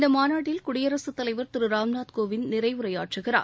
இந்த மாநாட்டில் குடியரசு தலைவர் திரு ராம்நாத் கோவிந்த் நிறைவுரையாற்றுகிறார்